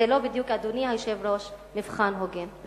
זה לא בדיוק, אדוני היושב-ראש, מבחן הוגן.